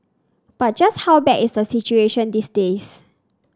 but just how bad is the situation these days